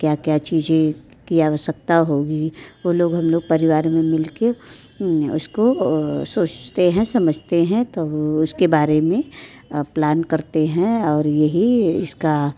क्या क्या चीज़ों की आवश्यकता होगी वो लोग हम लोग परिवार में मिल के उसको सोचते हैं समझते हैं तब उसके बारे में प्लान करते हैं और यही इसका